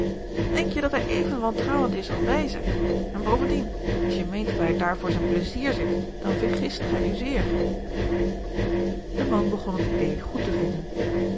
denk je dat hij even wantrouwend is als wij zijn en bovendien als je meent dat hij daar voor zijn pleizier zit dan vergist ge u zeer de man begon het idee goed te vinden